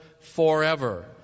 forever